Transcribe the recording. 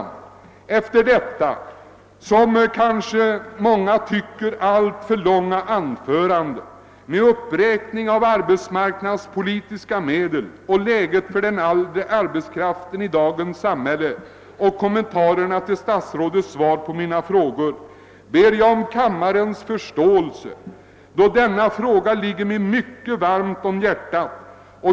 Jag vill efter detta kanske i många stycken alltför långa anförande med en uppräkning av olika arbetsmarknadspolitiska medel, en redogörelse för läget för den äldre arbetskraften i dagens samhälle och kommentarer till statsrådets svar på mina frågor be om kammarens ledamöters förståelse för denna utförlighet, då det gäller en angelägenhet som ligger mig mycket varmt om hjärtat.